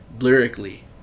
lyrically